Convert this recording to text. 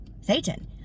Satan